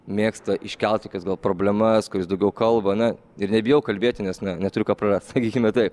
mėgsta iškelt tokias gal problemas kurias daugiau kalba ne ir nebijau kalbėti nes neturiu ką prarast sakykime taip